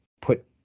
put